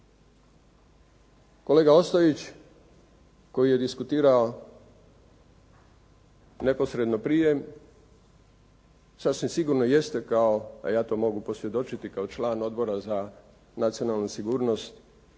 Kolega Ostojić, koji je diskutirao neposredno prije, sasvim sigurno jeste kao, a ja to mogu posvjedočiti, kao član Odbora za nacionalnu sigurnost